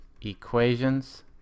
equations